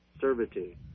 servitude